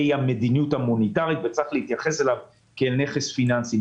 המדיניות המוניטרית וצריך להתייחס אליו כאל נכס פיננסי.